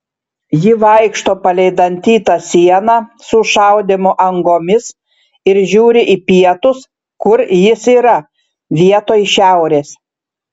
ji vaikšto palei dantytą sieną su šaudymo angomis ir žiūri į pietus kur jis yra vietoj šiaurės